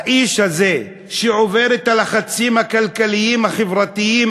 האיש הזה שעובר את הלחצים הכלכליים והחברתיים,